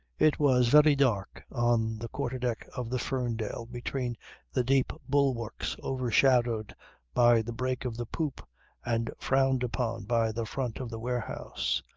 it was very dark on the quarter deck of the ferndale between the deep bulwarks overshadowed by the break of the poop and frowned upon by the front of the warehouse.